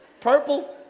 purple